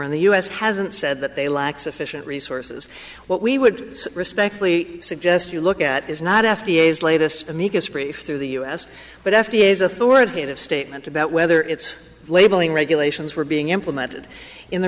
in the u s hasn't said that they lack sufficient resources what we would respectfully suggest you look at is not f d a is latest amicus brief through the u s but f d a is authoritative statement about whether it's labeling regulations were being implemented in the